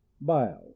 Bile